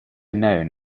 known